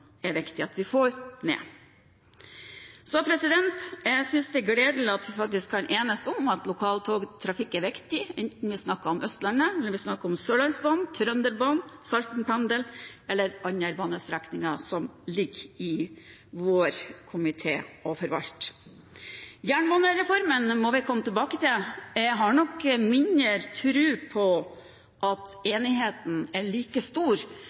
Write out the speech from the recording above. er viktig. Jeg synes det er gledelig at vi kan enes om at lokaltogtrafikk er viktig, enten vi snakker om Østlandet, Sørlandsbanen, Trønderbanen, Saltenpendelen eller andre banestrekninger som det tilligger vår komité å forvalte. Jernbanereformen må vi komme tilbake til. Jeg har nok mindre tro på at enigheten er like stor